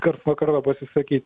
karts nuo karto pasisakyt